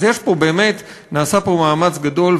אז באמת נעשה פה מאמץ גדול,